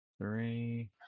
Three